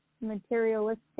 materialistic